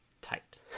tight